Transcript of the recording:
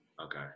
Okay